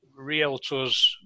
realtors